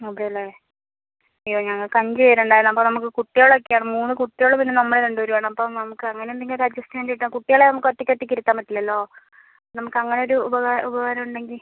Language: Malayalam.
അതെല്ലേ അയ്യോ ഞങ്ങൾക്ക് അഞ്ച് പേർ ഉണ്ടായിരുന്നു അപ്പം നമുക്ക് കുട്ടികൾ ഒക്കെ ആണ് മൂന്ന് കുട്ടികളും പിന്നെ നമ്മൾ രണ്ട് പേരും ആണ് അപ്പം നമുക്ക് അങ്ങന എന്തെങ്കിലും ഒരു അഡ്ജസ്റ്റ്മെൻറ്റ് കിട്ടുവോ കുട്ടികളെ നമുക്ക് ഒറ്റയ്ക്ക് ഒറ്റയ്ക്ക് ഇരുത്താൻ പറ്റില്ലല്ലൊ നമുക്ക് അങ്ങനെ ഒരു ഉപകാരം ഉപകാരം ഉണ്ടെങ്കിൽ